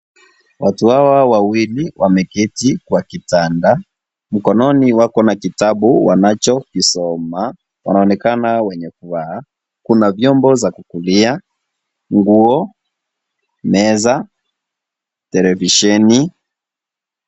Watu hawa wawili wameketi kwa kitanda, mkononi wako na kitabu wanachokisoma, wanaonekana wenye furaha. Kuna vyombo vya kukulia, nguo, meza, televisheni.